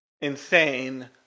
insane